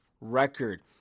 record